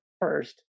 first